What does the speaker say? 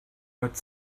but